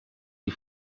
die